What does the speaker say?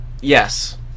Yes